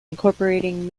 incorporating